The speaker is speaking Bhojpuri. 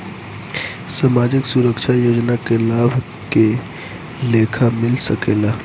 सामाजिक सुरक्षा योजना के लाभ के लेखा मिल सके ला?